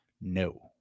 No